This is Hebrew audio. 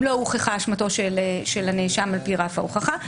אם לא הוכחה אשמתו של הנאשם על פי רף ההוכחה.